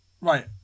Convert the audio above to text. Right